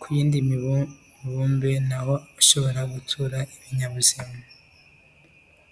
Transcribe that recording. ku yindi mibumbe na ho hashobora gutura ibinyabuzima.